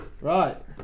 right